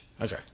Okay